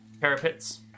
Parapets